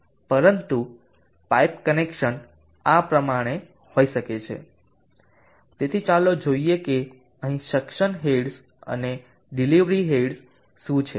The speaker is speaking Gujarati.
પરંતુ પાઇપ કનેક્શન આ પ્રમાણે હોઈ શકે છે તેથી ચાલો જોઈએ કે અહીં સેક્શન હેડ્સ અને ડિલિવરી હેડ શું છે